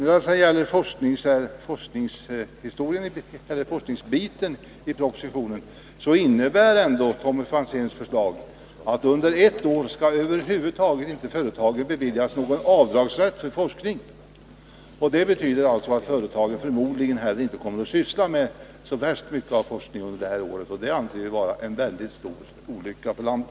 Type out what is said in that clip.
När det sedan gäller den del av propositionen som avser forskningsavdrag innebär ändå Tommy Franzéns förslag att under ett år skall företagen över huvud taget inte beviljas någon rätt till avdrag för forskning. Det betyder alltså att företagen förmodligen heller inte kommer att bedriva särskilt mycket forskning under det här året, och det anser vi vara en mycket stor olycka för landet.